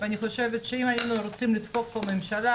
ואני חושבת שאם היינו רוצים לדפוק פה את הממשלה,